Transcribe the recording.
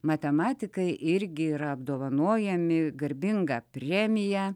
matematikai irgi yra apdovanojami garbinga premija